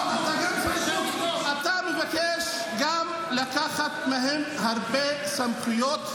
--- אתה מבקש גם לקחת מהם הרבה סמכויות,